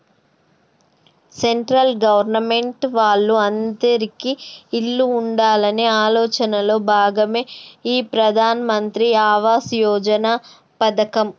central government వాళ్ళు అందిరికీ ఇల్లు ఉండాలనే ఆలోచనలో భాగమే ఈ ప్రధాన్ మంత్రి ఆవాస్ యోజన పథకం